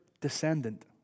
descendant